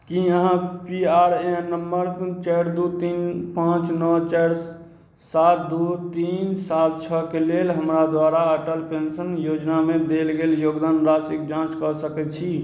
की अहाँ P R A N नम्बर चारि दू तीन पाँच नओ चारि सात दू तीन सात छओ के लेल हमरा द्वारा अटल पेंशन योजनामे देल गेल योगदान राशिकेँ जाँच कए सकय छी